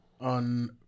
on